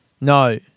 no